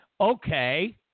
okay